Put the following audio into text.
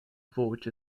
voyage